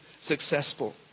successful